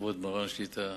לכבוד מרן שליט"א,